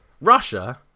Russia